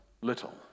little